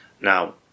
Now